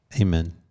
Amen